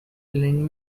lend